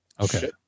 Okay